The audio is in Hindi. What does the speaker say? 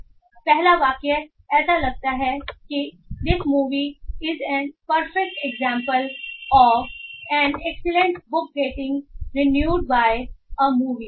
इसलिए पहला वाक्य ऐसा लगता है कि this movie is an perfect example of an excellent book getting ruined by an movie